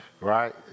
right